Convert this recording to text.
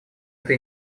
эта